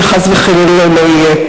שחס וחלילה לא יהיה.